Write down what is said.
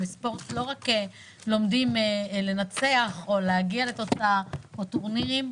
ולא רק לומדים לנצח או להגיע לתוצאה או טורנירים,